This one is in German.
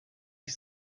ich